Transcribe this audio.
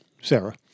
Sarah